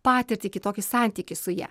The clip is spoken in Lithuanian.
patirtį kitokį santykį su ja